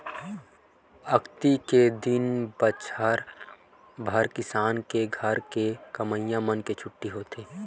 अक्ती के दिन बछर भर किसान के घर के कमइया मन के छुट्टी होथे